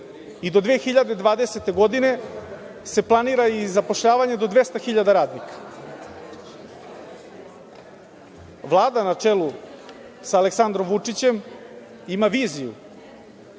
i do 2020. godine se planira i zapošljavanje do 200.000 radnika. Vlada na čelu sa Aleksandrom Vučićem ima viziju